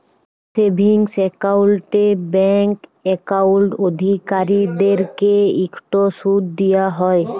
savings একাউল্টে bank account অধিকারীদেরকে ইকট সুদ দিয়া হ্যয়